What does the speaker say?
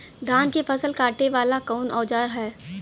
धान के फसल कांटे वाला कवन औजार ह?